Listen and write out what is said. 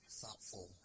thoughtful